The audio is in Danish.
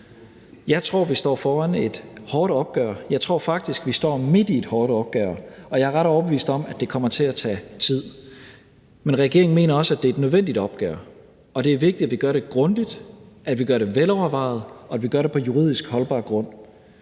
Jeg tror, vi står foran et hårdt opgør – jeg tror faktisk, vi står midt i et hårdt opgør – og jeg er ret overbevist om, at det kommer til at tage tid. Men regeringen mener også, at det er et nødvendigt opgør, og at det er vigtigt, at vi gør det grundigt, at vi gør det velovervejet, og at vi gør det på juridisk holdbar grund.